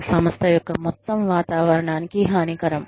సంస్థ యొక్క మొత్తం వాతావరణానికి హానికరం